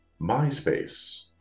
MySpace